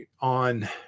On